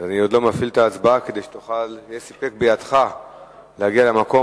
אני עוד לא מפעיל את ההצבעה כדי שיהיה סיפק בידך להגיע למקום.